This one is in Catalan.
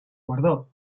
guardó